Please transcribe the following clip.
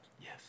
Yes